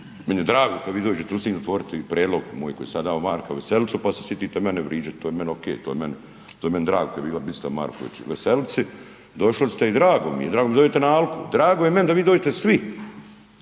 Meni je drago kada vi dođete u Sinj otvoriti, prijedlog moj koji sam ja dao, Marku Veselici, pa se sjetite mene vrijeđati, to je meni ok, to je meni drago, kada je bila bista Marku Veselici došli ste i drago mi je je, drago mi je kad dođete na Alku, drago je meni da vi dođete svi